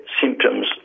symptoms